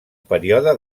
període